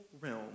realm